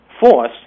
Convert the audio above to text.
force